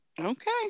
Okay